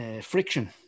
friction